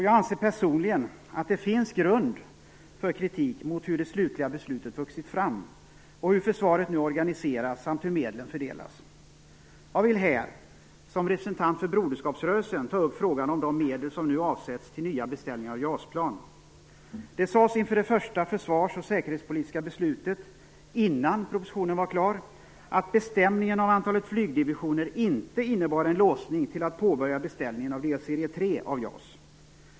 Jag anser personligen att det finns grund för kritiken mot hur det slutliga förslaget vuxit fram, hur försvaret nu organiseras samt hur medlen fördelas. Jag vill här, som representant för Broderskapsrörelsen, ta upp frågan om de medel som nu avsätts till nya beställningar av JAS-plan. Det sades inför det första försvars och säkerhetspolitiska beslutet, innan propositionen var klar, att bestämningen av antalet flygdivisioner inte innebar en låsning till att påbörja beställningen av delserie 3 av JAS.